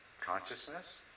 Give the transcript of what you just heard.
consciousness